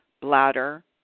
bladder